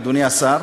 אדוני השר,